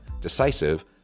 decisive